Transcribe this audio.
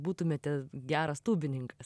būtumėte geras tūbininkas